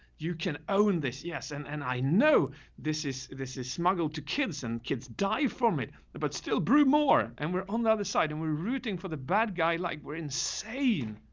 you can own this. yes. and and i know this is, this is smuggled to kids and kids die from it, but but still brew more and we're on the other side and we're rooting for the bad guy. like we're insane.